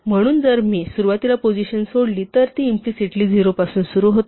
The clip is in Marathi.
म्हणून जर मी सुरुवातीला पोझिशन सोडली तर ती इम्प्लिसिटली 0 पासून सुरू होते